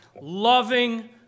loving